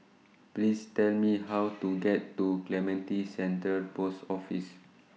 Please Tell Me How to get to Clementi Central Post Office